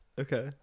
Okay